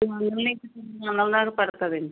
ఎనిమిది వందల నుంచి తొమ్మిది వందల దాకా పడుతుంది అండి